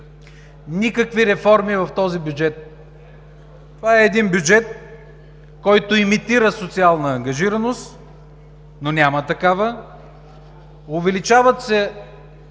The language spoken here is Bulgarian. Никакви реформи в този бюджет. Това е един бюджет, който имитира социална ангажираност, но няма такава.